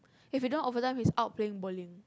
if he don't overtime he's out playing bowling